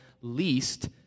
least